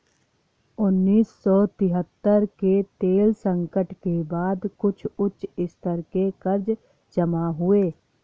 उन्नीस सौ तिहत्तर के तेल संकट के बाद कुछ उच्च स्तर के कर्ज जमा हुए